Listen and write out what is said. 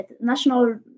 National